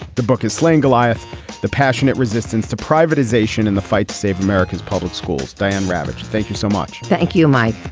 the book is slaying goliath the passionate resistance to privatization in the fight to save america's public schools. diane ravitch, thank you so much. thank you, mike